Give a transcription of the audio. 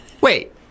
Wait